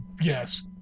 yes